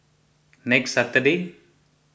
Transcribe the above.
next Saturday